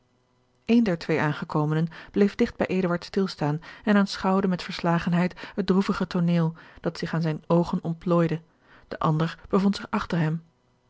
een der twee aangekomenen bleef digt bij eduard stilstaan en aanschouwde met verslagenheid het droevig tooneel dat zich aan zijne oogen ontplooide de ander bevond zich achter hem